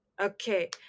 Okay